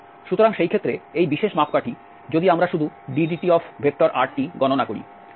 সুতরাং সেই ক্ষেত্রে এই বিশেষ মাপকাঠি যদি আমরা শুধু drtdt গণনা করি